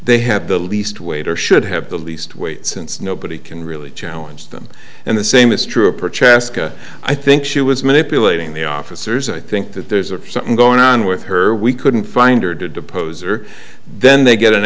they have the least weight or should have the least weight since nobody can really challenge them and the same is true approach aska i think she was manipulating the officers i think that there's something going on with her we couldn't find her to depose or then they get an